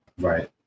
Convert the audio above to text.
right